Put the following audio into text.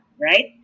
right